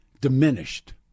Diminished